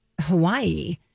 Hawaii